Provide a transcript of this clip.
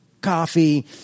coffee